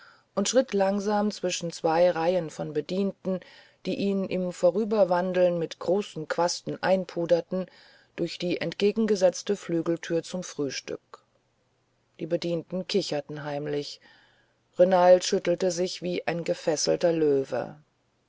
und schritt langsam zwischen zwei reihen von bedienten die ihn im vorüberwandeln mit großen quasten einpuderten durch die entgegengesetzte flügeltür zum frühstück die bedienten kicherten heimlich renald schüttelte sich wie ein gefesselter löwe